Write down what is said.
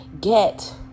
get